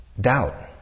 doubt